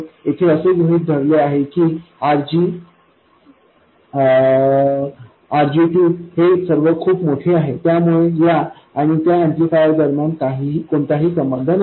येथे असे गृहीत धरले आहे की RG RG 2 हे सर्व खूप मोठे आहेत त्यामुळे या आणि त्या एम्पलीफायर दरम्यान कोणताही संबंध नसेल